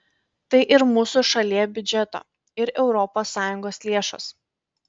tai ir mūsų šalie biudžeto ir europos sąjungos lėšos